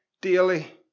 daily